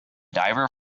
diver